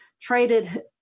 traded